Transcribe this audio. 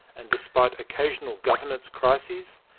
and despite occasional governance crises,